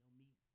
meet